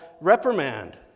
reprimand